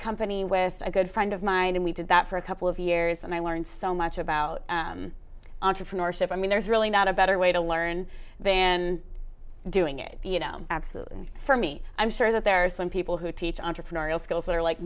company with a good friend of mine and we did that for a couple of years and i learned so much about entrepreneurship i mean there's really not a better way to learn and doing it absolutely for me i'm sure that there are some people who teach entrepreneurial skills that are like